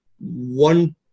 one